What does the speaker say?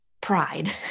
Pride